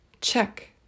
check